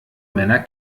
männer